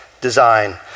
design